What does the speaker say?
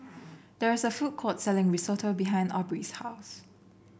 there is a food court selling Risotto behind Aubrie's house